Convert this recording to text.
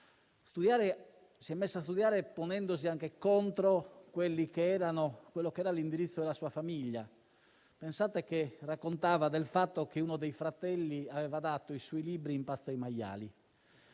si è messo a studiare ponendosi anche contro l'indirizzo della sua famiglia, basti pensare che raccontava che uno dei fratelli aveva dato i suoi libri in pasto ai maiali.